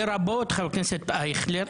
לרבות חבר הכנסת אייכלר,